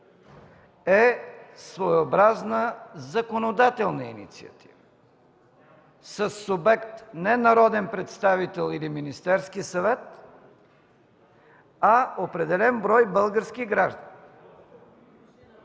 е своеобразна законодателна инициатива със субект не народен представител или Министерският съвет, а определен брой български граждани…(Реплики